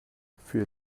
für